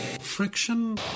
Friction